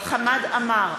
חמד עמאר,